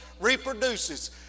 reproduces